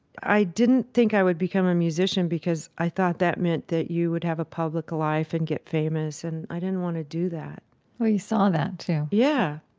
i didn't think i would become a musician because i thought that meant that you would have a public life and get famous, and i didn't want to do that well, you saw that too? yeah.